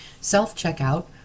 self-checkout